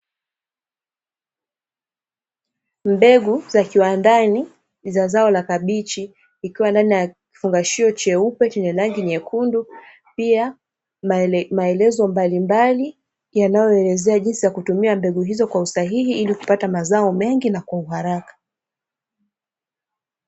Mbegu za kiwandani za zao la kabichi, zikiwa ndani ya kifungashio cheupe chenye rangi nyekundu, pia maelezo mbalimbali yanayoelezea jinsi ya kutumia mbegu hizo kwa usahihi, ili kupata mazao mengi na kwa uharaka.